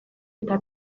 eta